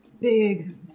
Big